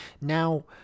Now